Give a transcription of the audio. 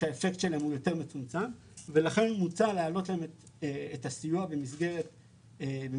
שהאפקט שלהם הוא יותר מצומצם ולכן מוצע להעלות להן את הסיוע במסגרת המתווה.